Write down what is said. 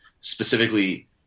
specifically